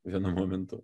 vienu momentu